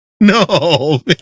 No